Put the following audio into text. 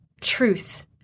truth